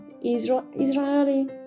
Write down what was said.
Israeli